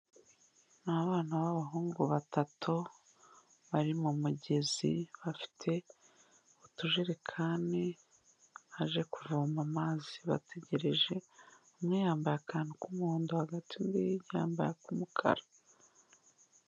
Ni abana b'abahungu batatu bari mu mugezi bafite utujerekani baje kuvoma amazi bategereje, umwe yambaye akantu k'umuhondo hagati undi yambaye ak'umukara.